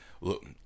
Look